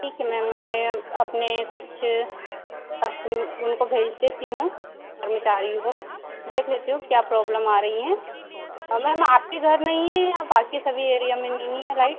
ठीक है मैम मैं अपने कुछ उनको भेज देती हूँ कर्मचारियों को देख लेती हूँ क्या प्रॉब्लम आ रही हैं औ मैम आपके घर नहीं है या बाकी सभी एरिया में नहीं है लाइट